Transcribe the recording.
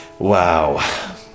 Wow